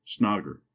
Snogger